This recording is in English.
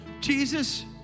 Jesus